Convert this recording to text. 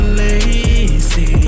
lazy